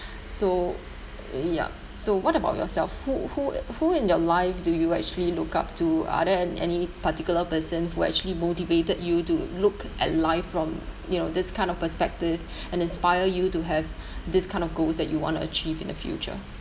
so ya so what about yourself who who who in your life do you actually look up to are there an~ any particular person who actually motivated you to look at life from you know this kind of perspective and inspire you to have this kind of goals that you want to achieve in the future